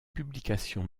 publications